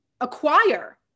acquire